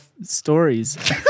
stories